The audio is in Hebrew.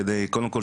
כדי קודם כל,